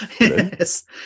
Yes